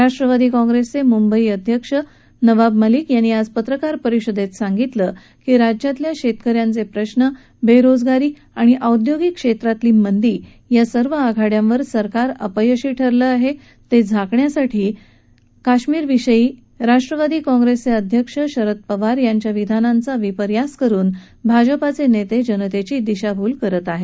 राष्ट्रवादी काँग्रेसचे मुंबई अध्यक्ष नवाब मलिक यांनी आज पत्रकार परिषदेत सांगितलं की राज्यातल्या शेतक यांचे प्रश्न बेरोजगारी आणि औद्योगिक क्षेत्रातली मंदी या सर्व आघाड्यांवर सरकार अपयशी ठरलं आहे ते झाकण्यासाठी काश्मिरविषयी राष्ट्रवादी काँग्रेसचे अध्यक्ष शरद पवार यांच्या विधानांचा विपर्यास करुन भाजपाचे नेते जनतेची दिशाभूल करत आहेत